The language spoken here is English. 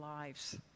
lives